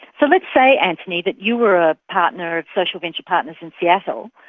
so let's say, antony, that you were a partner of social venture partners in seattle,